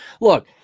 Look